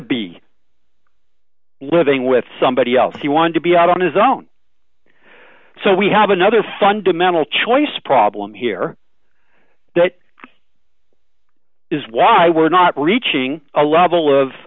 be living with somebody else he wanted to be out on his own so we have another fundamental choice problem here that is why we're not reaching a level of